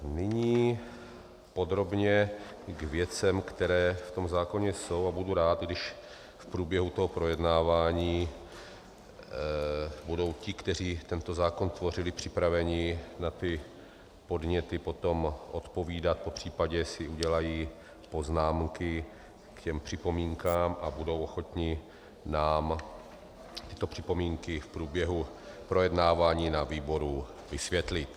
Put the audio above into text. Nyní podrobně k věcem, které v tom zákoně jsou, a budu rád, když v průběhu projednávání budou ti, kteří tento zákon tvořili, připraveni na podněty odpovídat, popřípadě si udělají poznámky k připomínkám a budou ochotni nám tyto připomínky v průběhu projednávání na výboru vysvětlit.